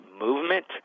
movement